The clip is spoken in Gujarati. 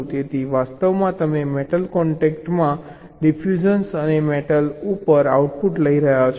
તેથી વાસ્તવમાં તમે મેટલ કોન્ટેક્ટમાં ડિફ્યુઝન અને મેટલ ઉપર આઉટપુટ લઈ રહ્યા છો